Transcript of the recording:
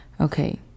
Okay